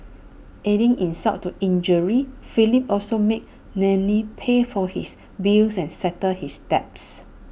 adding insult to injury Philip also made Nellie pay for his bills and settle his debts